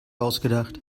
ausgedacht